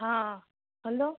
હા હલો